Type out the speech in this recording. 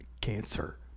Cancer